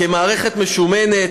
כמערכת משומנת,